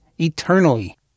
eternally